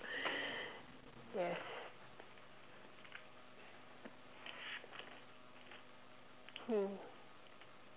yes hmm